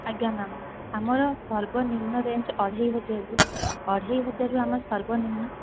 ଆଜ୍ଞା ମ୍ୟାମ୍ ଆମର ସର୍ବନିମ୍ନ ରେଞ୍ଜ ଅଢ଼େଇ ହଜାରରୁ ଅଢ଼େଇ ହଜାରରୁ ଆମର ସର୍ବନିମ୍ନ